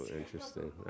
interesting